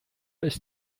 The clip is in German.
ist